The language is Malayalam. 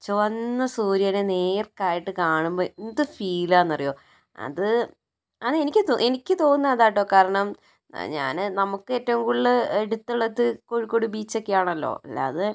ചുവന്ന സൂര്യനെ നേർക്കായിട്ട് കാണുമ്പോൾ എന്ത് ഫീലാണെന്ന് അറിയോ അത് അതെനിക്ക് എനിക്ക് തോന്നുന്നതാണ് കേട്ടോ കാരണം ഞാൻ നമുക്ക് ഏറ്റവും കൂടുതൽ അടുത്തുള്ളത് കോഴിക്കോട് ബീച്ചൊക്കെ ആണല്ലോ അല്ലാതെ